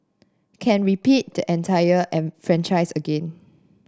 can repeat the entire franchise again